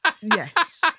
Yes